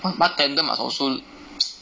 cause bartender must also